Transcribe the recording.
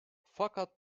fakat